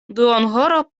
duonhoro